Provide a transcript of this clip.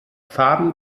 farben